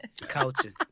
Culture